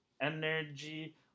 Energy